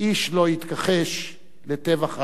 איש לא התכחש לטבח הארמנים.